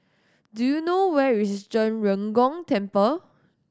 do you know where is Zhen Ren Gong Temple